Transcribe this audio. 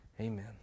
Amen